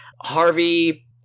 Harvey